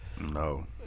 No